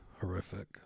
horrific